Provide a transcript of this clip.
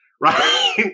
right